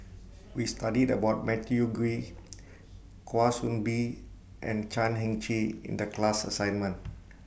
We studied about Matthew Ngui Kwa Soon Bee and Chan Heng Chee in The class assignment